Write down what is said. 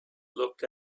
looked